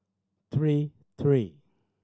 three three